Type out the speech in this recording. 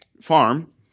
farm